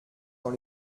dans